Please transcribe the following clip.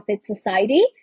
society